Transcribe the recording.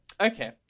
okay